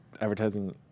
advertising